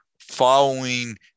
following